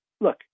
look